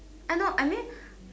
I know I mean